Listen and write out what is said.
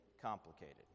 complicated